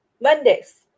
Mondays